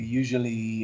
usually